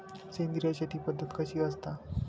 सेंद्रिय शेती पद्धत कशी असता?